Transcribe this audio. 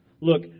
Look